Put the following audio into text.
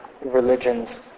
religions